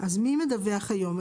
מי מדווח היום?